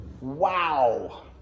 Wow